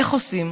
איך עושים,